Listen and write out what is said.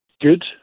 good